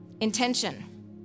Intention